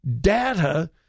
data